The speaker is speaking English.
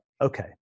okay